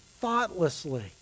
thoughtlessly